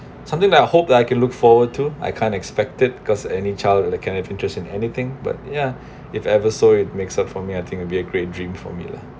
something that I hope that I can look forward to I kind of expected because any child can have interest in anything but ya if ever saw it makes up for me I think it'll be a great dream for me lah